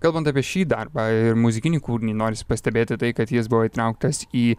kalbant apie šį darbą ir muzikinį kūrinį norisi pastebėti tai kad jis buvo įtrauktas į